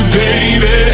baby